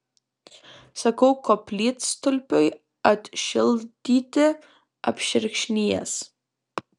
sakau koplytstulpiui atšildyti apšerkšnijęs